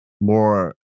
more